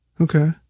Okay